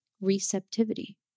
receptivity